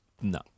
No